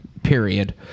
Period